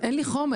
אין לי חומר.